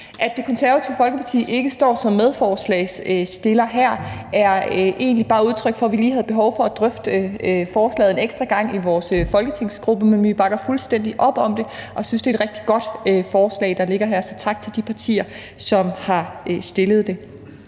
At Det Konservative Folkeparti ikke står som medforslagsstiller her, er egentlig bare udtryk for, at vi lige havde behov for at drøfte forslaget en ekstra gang i vores folketingsgruppe, men vi bakker fuldt ud op om det og synes, det er et rigtig godt forslag, der ligger her. Så tak til de partier, som har fremsat det.